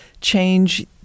change